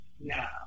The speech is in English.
now